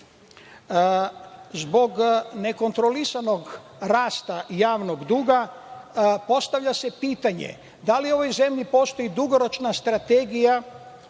nekontrolisanog rasta javnog duga, postavlja se pitanje – da li u ovoj zemlji postoji dugoročna strategija